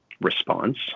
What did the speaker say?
response